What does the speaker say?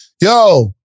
yo